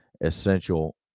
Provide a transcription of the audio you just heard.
essential